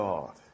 God